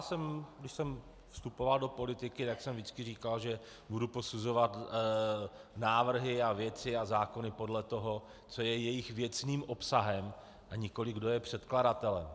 Když jsem vstupoval do politiky, tak jsem vždycky říkal, že budu posuzovat návrhy a věci a zákony podle toho, co je jejich věcným obsahem, a nikoli kdo je předkladatelem.